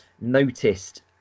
noticed